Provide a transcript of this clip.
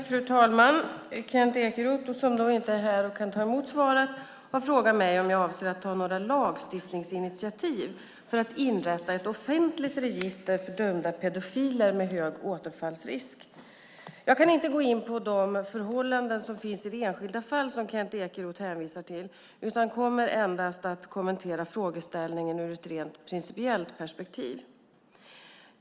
Fru talman! Kent Ekeroth har frågat mig om jag avser att ta några lagstiftningsinitiativ för att inrätta ett offentligt register för dömda pedofiler med hög återfallsrisk. Jag kan inte gå in på förhållandena i det enskilda fall som Kent Ekeroth hänvisar till utan kommer endast att kommentera frågeställningen ur ett rent principiellt perspektiv.